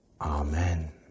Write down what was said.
Amen